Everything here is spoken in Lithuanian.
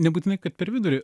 nebūtinai kad per vidurį